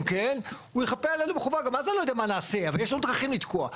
כן הוא יחפה עלינו --- יש לנו דרכים לתקוע.